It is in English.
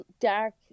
dark